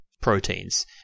proteins